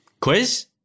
Quiz